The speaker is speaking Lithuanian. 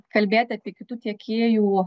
kalbėti apie kitų tiekėjų